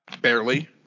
barely